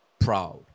proud